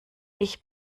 ich